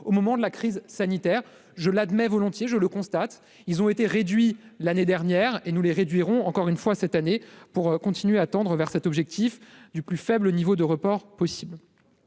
au moment de la crise sanitaire, je l'admets volontiers, je le constate, ils ont été réduits l'année dernière et nous les réduirons encore une fois cette année, pour continuer à tendre vers cet objectif du plus faible niveau de report possible